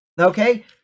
Okay